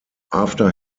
after